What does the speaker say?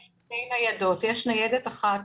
יש שתי ניידות, יש ניידת אחת